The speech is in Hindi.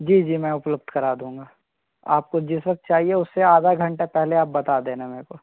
जी जी मैं उपलब्ध करा दूँगा आपको यह सब चाहिए उससे आधा घंटा पहले आप बता देना मेरे को